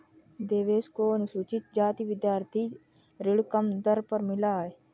देवेश को अनुसूचित जाति विद्यार्थी ऋण कम दर पर मिला है